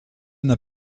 n’a